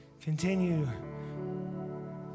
Continue